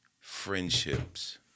friendships